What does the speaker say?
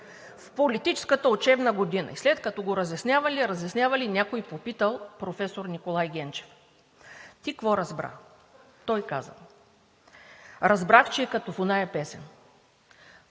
в политическата учебна година и след като го разяснявали, разяснявали, някой попитал професор Николай Генчев: „Ти какво разбра?“. Той казал: „Разбрах, че е като в оная песен